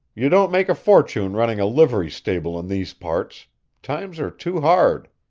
you don't make a fortune running a livery stable in these parts times are too hard.